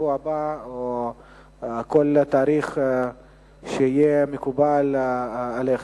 בשבוע הבא או בכל תאריך שיהיה מקובל עליכם.